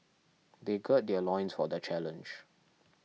they gird their loins for the challenge